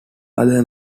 other